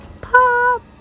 pop